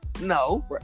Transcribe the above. No